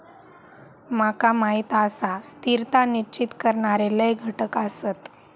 माका माहीत आसा, स्थिरता निश्चित करणारे लय घटक आसत